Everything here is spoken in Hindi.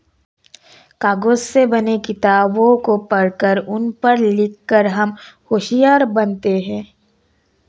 कागज से बनी किताबों को पढ़कर उन पर लिख कर हम होशियार बनते हैं